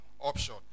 option